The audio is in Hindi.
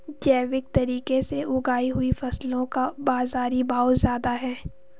जैविक तरीके से उगाई हुई फसलों का बाज़ारी भाव ज़्यादा है